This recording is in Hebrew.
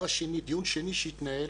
דיון שני שהתנהל,